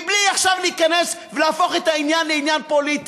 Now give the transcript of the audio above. בלי להיכנס עכשיו ולהפוך את העניין לפוליטי,